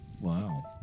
Wow